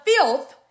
filth